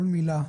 כל מילה,